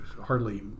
hardly